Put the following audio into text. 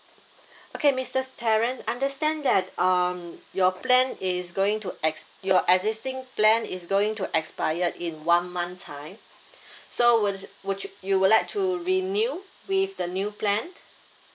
okay mister terence understand that um your plan is going to ex~ your existing plan is going to expire in one month time so wa~ would you you would like to renew with the new plan